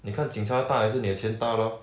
你看警察大还是你的钱大 lor